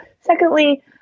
Secondly